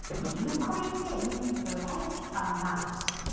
you creep in like a mouse.